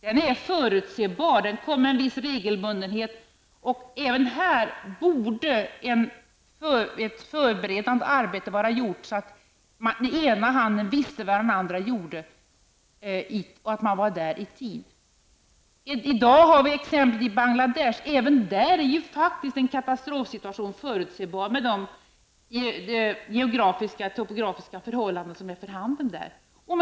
Den är förutsebar, den kommer med en viss regelbundenhet. Även här borde ett förberedande arbete vara utfört, så att den ena handen visste vad den andra gjorde -- också att man var där i tid. I dag har vi exemplet i Bangladesh. Även där är en katastofsituation förutsebar med de geografiska och topografiska förhållanden som är för handen där.